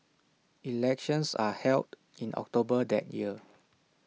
elections are held in October that year